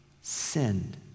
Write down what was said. sinned